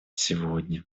сегодня